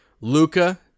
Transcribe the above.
Luca